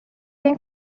این